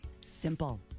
simple